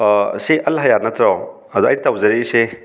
ꯁꯤ ꯑꯜ ꯍꯌꯥꯠ ꯅꯠꯇ꯭ꯔꯣ ꯑꯗꯣ ꯑꯩ ꯇꯧꯖꯔꯛꯏꯁꯦ